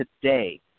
today